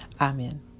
Amen